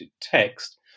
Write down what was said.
text